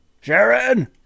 Sharon